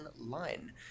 online